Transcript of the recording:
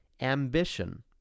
ambition